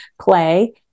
play